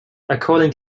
according